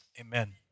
amen